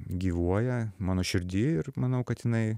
gyvuoja mano širdy ir manau kad jinai